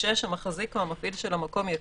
(6) המחזיק או המפעיל של המקום יפעל,